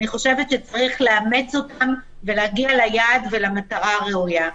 אני חושבת שצריך לאמץ אותם ולהגיע ליעד ולמטרה הראויה.